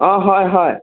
অঁ হয় হয়